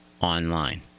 online